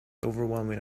overwhelming